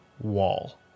wall